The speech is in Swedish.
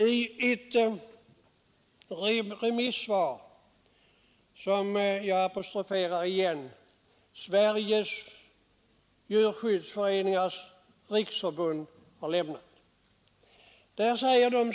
Jag apostroferar igen det remissvar som Sveriges djurskyddsföreningars riksförbund avgivit.